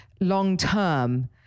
long-term